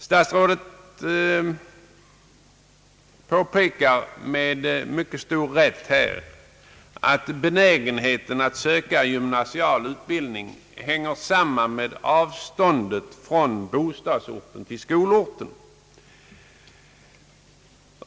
Statsrådet påpekar med mycket stor rätt att »benägenheten att söka sig till gymnasial utbildning hänger samman med avståndet från bostadsorten till skolorten».